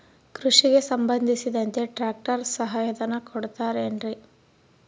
ಕೃಷಿಗೆ ಸಂಬಂಧಿಸಿದಂತೆ ಟ್ರ್ಯಾಕ್ಟರ್ ಸಹಾಯಧನ ಕೊಡುತ್ತಾರೆ ಏನ್ರಿ?